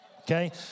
okay